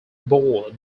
bore